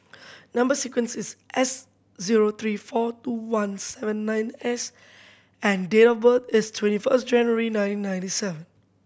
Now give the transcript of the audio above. number sequence is S zero three four two one seven nine S and date of birth is twenty first January nineteen ninety seven